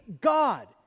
God